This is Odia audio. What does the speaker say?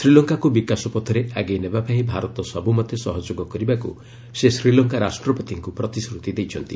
ଶ୍ରୀଲଙ୍କାକୁ ବିକାଶ ପଥରେ ଆଗେଇ ନେବା ପାଇଁ ଭାରତ ସବୁମତେ ସହଯୋଗ କରିବାକୁ ସେ ଶ୍ରୀଲଙ୍କା ରାଷ୍ଟ୍ରପତିଙ୍କୁ ପ୍ରତିଶ୍ରତି ଦେଇଛନ୍ତି